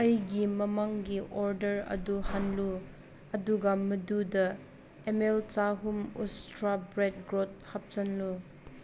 ꯑꯩꯒꯤ ꯃꯃꯥꯡꯒꯤ ꯑꯣꯔꯗꯔ ꯑꯗꯨ ꯍꯜꯂꯨ ꯑꯗꯨꯒ ꯃꯗꯨꯗ ꯑꯦꯝ ꯑꯦꯜ ꯆꯍꯨꯝ ꯎꯁꯇ꯭ꯔꯥ ꯕ꯭ꯔꯦꯠ ꯒ꯭ꯔꯣꯠ ꯍꯥꯞꯆꯤꯜꯂꯨ